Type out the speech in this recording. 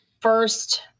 first